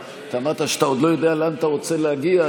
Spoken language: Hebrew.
אמרת שאתה עוד לא יודע לאן אתה רוצה להגיע.